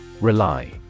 RELY